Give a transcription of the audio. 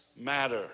matter